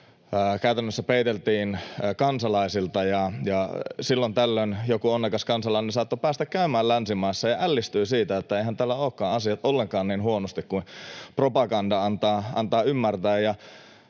käytännössä peiteltiin kansalaisilta. Silloin tällöin joku onnekas kansalainen saattoi päästä käymään länsimaissa ja ällistyi siitä, että eihän täällä ollutkaan asiat ollenkaan niin huonosti kuin propaganda antoi ymmärtää.